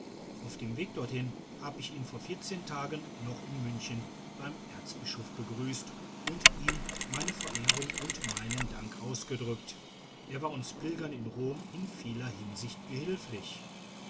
auf dem weg dorthin hab ich ihn vor vierzehn tagen noch in münchen beim erzbischof begrüßt und ihm meine verehrung und meinen dank ausgedrückt er war uns pilgern in rom in vieler hinsicht behilflich